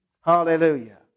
Hallelujah